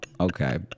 okay